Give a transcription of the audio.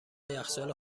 یخچال